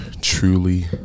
truly